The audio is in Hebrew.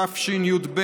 תשי"ב